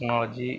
technology